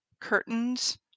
curtains